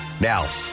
Now